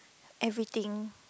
everything